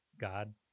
God